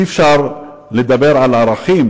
אי-אפשר לדבר על ערכים